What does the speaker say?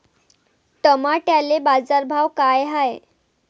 टमाट्याले बाजारभाव काय हाय?